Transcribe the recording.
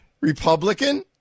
Republican